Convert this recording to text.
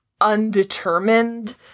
undetermined